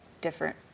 different